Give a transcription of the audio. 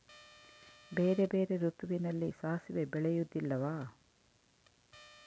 ಬೇರೆ ಬೇರೆ ಋತುವಿನಲ್ಲಿ ಸಾಸಿವೆ ಬೆಳೆಯುವುದಿಲ್ಲವಾ?